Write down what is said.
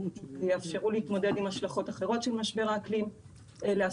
ויאפשרו להתמודד עם השלכות אחרות של משבר האקלים לעסקים.